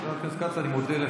חבר הכנסת כץ, אני מודה לך.